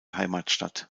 heimatstadt